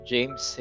James